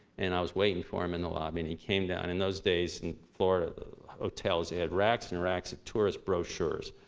and, i was waiting for him in lobby, and he came down. in those days, in florida, the hotels had racks and racks of tourist brochures.